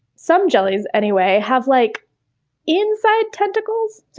some jellies anyway, have like inside tentacles.